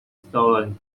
stolen